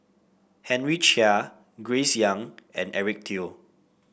Henry Chia Grace Young and Eric Teo